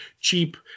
cheap